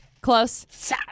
Close